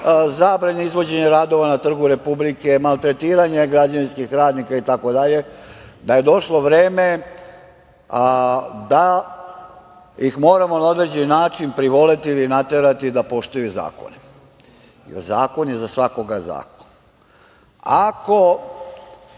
zabrana izvođenja radova na Trgu Republike, maltretiranja građevinskih radnika itd. da je došlo vreme da ih moramo na određeni način privoleti ili naterati da poštuju zakone, jer zakon je za svakog zakon. Ako